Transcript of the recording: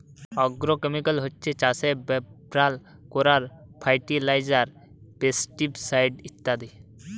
agrochemical হচ্ছে চাষে ব্যাভার কোরার ফার্টিলাইজার, পেস্টিসাইড ইত্যাদি